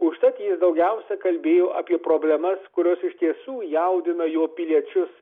užtat jis daugiausia kalbėjo apie problemas kurios iš tiesų jaudina jo piliečius